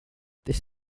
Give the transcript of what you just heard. this